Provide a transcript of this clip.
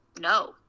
no